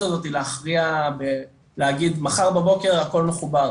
הזאתי להכריע בלהגיד מחר בבוקר הכול מחובר,